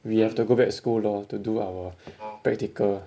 we have to go back school lor to do our practical